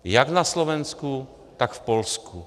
Jak na Slovensku, tak v Polsku.